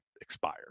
expire